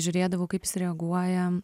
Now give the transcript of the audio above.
žiūrėdavau kaip jis reaguoja